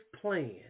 plan